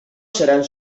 seran